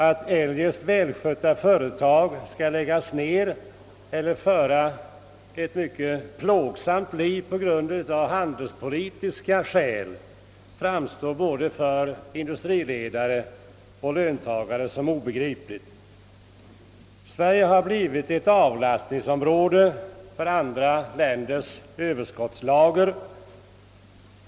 Att eljest välskötta företag skall läggas ned eller — låt mig använda uttrycket — föra ett högst plågsamt liv av handelspolitiska skäl framstår för både företagsledare och löntagare som obegripligt. Sverige har blivit ett avlastningsområde för andra länders Ööverskottslager.